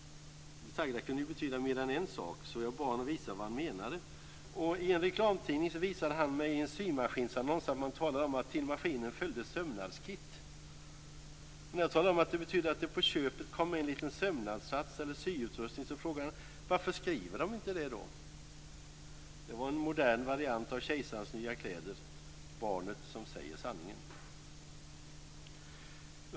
Det sagda kunde ju betyda mer än en sak, så jag bad honom visa vad han menade. I en reklamtidning visade han mig en symaskinsannons där man talade om att till maskinen följde sömnadskit. När jag talade om att det betydde att det på köpet kom med en liten sömnadssats eller syutrustning så frågade han: Varför skriver de inte det då? Det var en modern variant av kejsarens nya kläder - barnet som säger sanningen.